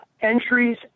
entries